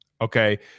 Okay